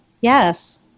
yes